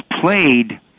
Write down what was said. played